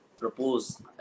propose